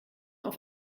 auf